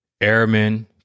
airmen